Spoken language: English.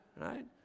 right